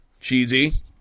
Cheesy